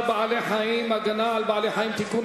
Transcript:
בעלי-חיים (הגנה על בעלי-חיים) (תיקון,